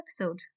episode